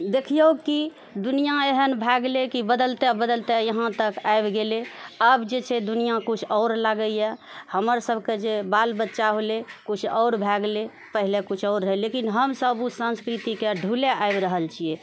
देखिऔ की दुनिआ एहन भए गेलय की बदलते बदलते यहाँ तक आबि गेलय आब जे छै दुनिआ कुछ आओर लागयए हमरसभके जे बाल बच्चा होलय कुछ आओर भए गेलय पहिले कुछ आओर रहय लेकिन हमसभ ओ संस्कृतिके ढोलय आबि रहल छियै